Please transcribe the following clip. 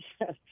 yes